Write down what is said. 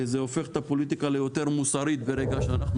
זה הופך את הפוליטיקה ליותר מוסרית ברגע שאנו